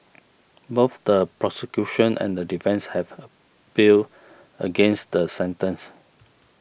both the prosecution and the defence have appealed against the sentence